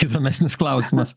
įdomesnis klausimas